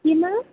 केमा